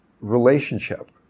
relationship